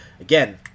again